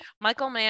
michael